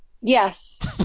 Yes